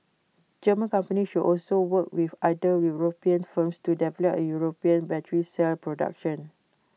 German companies should also work with other european firms to develop A european battery cell production